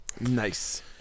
Nice